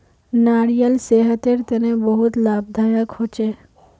नारियाल सेहतेर तने बहुत लाभदायक होछे